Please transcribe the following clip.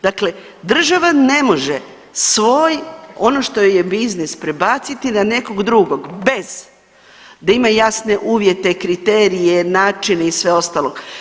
Dakle, država ne može svoj ono što joj je biznis prebaciti na nekog drugog bez da ima jasne uvjete, kriterije, načine i sve ostalo.